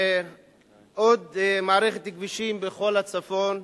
ועוד מערכת כבישים בכל הצפון,